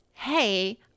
hey